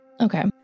Okay